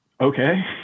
Okay